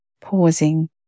pausing